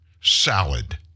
salad